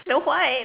no why